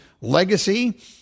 legacy